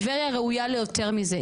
טבריה ראויה ליותר מזה.